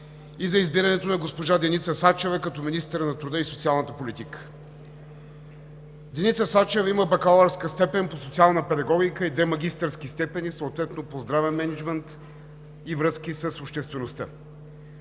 и за избирането на госпожа Деница Сачева като министър на труда и социалната политика. Деница Сачева има бакалавърска степен по социална педагогика и две магистърски степени – съответно по здравен мениджмънт и връзки с обществеността.